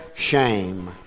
shame